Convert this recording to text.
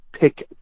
pick